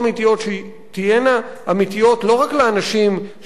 שתהיינה אמיתיות לא רק לאנשים שמגיעים